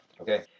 Okay